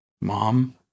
Mom